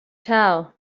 tell